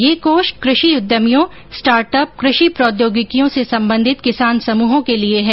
ये कोष कृषि उद्यमियों स्टार्टअप कृषि प्रौद्योगिकियों से संबंधित किसान समूहों के लिए हैं